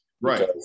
Right